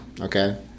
okay